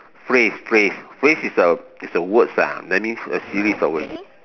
phrase phrase phrase is a is a words ah that means a series of words